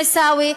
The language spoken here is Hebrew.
עיסאווי,